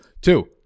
two